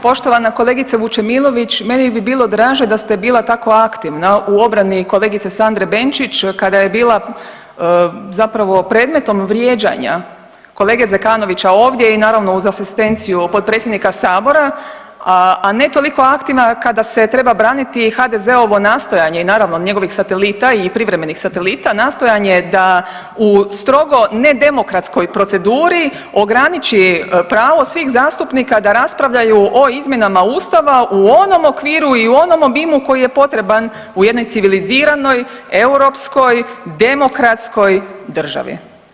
Poštovana kolegice Vučemilović meni bi bilo draže da ste bila tako aktivna u obrani kolegice Sandre Benčić kada je bila zapravo predmetom vrijeđanja kolege Zekanovića ovdje i naravno uz asistenciju potpredsjednika sabora, a ne toliko aktivna kada se treba braniti HDZ-ovo nastojanje i naravno od njegovih satelita i privremenih satelita, nastojanje da u strogo nedemokratskoj proceduri ograniči pravo svih zastupnika da raspravljaju o izmjenama Ustava u onom okviru i u onom obimu koji je potreban u jednoj civiliziranoj, europskoj, demokratskoj državi.